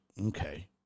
Okay